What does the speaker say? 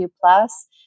plus